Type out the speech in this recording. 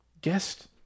guest